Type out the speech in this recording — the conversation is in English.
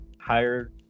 higher